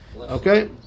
Okay